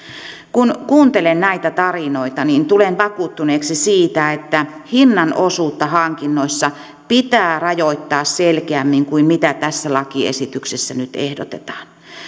kun kuuntelen näitä tarinoita tulen vakuuttuneeksi siitä että hinnan osuutta hankinnoissa pitää rajoittaa selkeämmin kuin mitä tässä lakiesityksessä nyt ehdotetaan